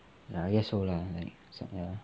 ya I guess so like